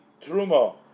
Truma